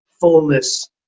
fullness